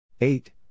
Eight